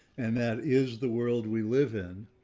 and that is the world we live in.